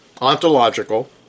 ontological